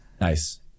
Nice